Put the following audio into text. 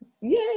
Yay